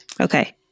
Okay